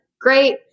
Great